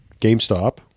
GameStop